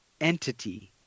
entity